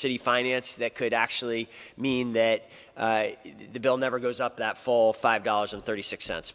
city finance that could actually mean that the bill never goes up that fall five dollars and thirty six cents